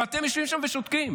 אתם יושבים שם ושותקים.